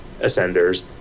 Ascenders